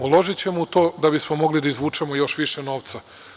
Uložićemo u to da bismo mogli da izvučemo još više novca.